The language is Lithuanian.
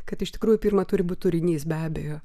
kad iš tikrųjų pirma turi būt turinys be abejo